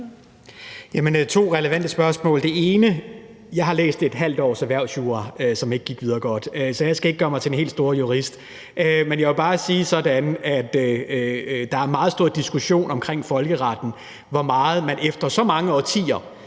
to relevante spørgsmål. Til det ene vil jeg sige, at jeg har læst et halvt års erhvervsjura, som ikke gik videre godt, så jeg skal ikke gøre mig til den helt store jurist. Men jeg vil bare sige det sådan, at der er meget stor diskussion om folkeretten, altså hvor meget man efter så mange årtier